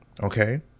Okay